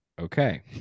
Okay